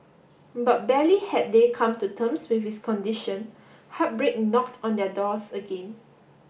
but barely had they come to terms with his condition heartbreak knocked on their doors again